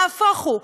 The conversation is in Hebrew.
נהפוך הוא,